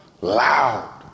loud